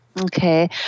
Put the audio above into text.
Okay